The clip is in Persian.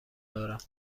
دارم